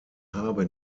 habe